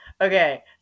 okay